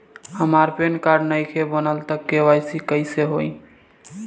हमार PAN card नईखे बनल त के.वाइ.सी कइसे होई?